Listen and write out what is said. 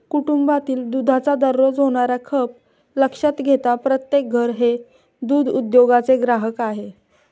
कुटुंबातील दुधाचा दररोज होणारा खप लक्षात घेता प्रत्येक घर हे दूध उद्योगाचे ग्राहक आहे